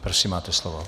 Prosím, máte slovo.